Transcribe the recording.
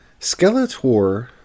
skeletor